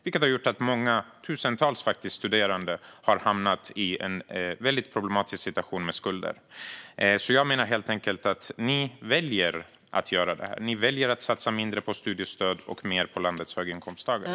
Det har gjort att tusentals studerande har hamnat i en väldigt problematisk situation med skulder. Jag menar helt enkelt att ni väljer att göra det här. Ni väljer att satsa mindre på studiestöd och mer på landets höginkomsttagare.